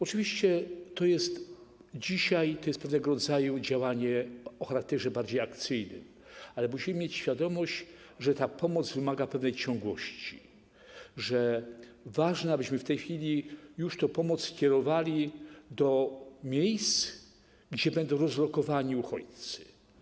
Oczywiście dzisiaj to jest pewnego rodzaju działanie o charakterze bardziej akcyjnym, ale musimy mieć świadomość, że ta pomoc wymaga pewnej ciągłości, że ważne, abyśmy w tej chwili tę pomoc skierowali do miejsc, gdzie będą rozlokowani uchodźcy.